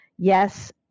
Yes